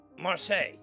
Marseille